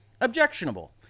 objectionable